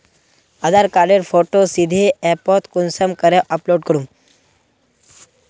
आधार कार्डेर फोटो सीधे ऐपोत कुंसम करे अपलोड करूम?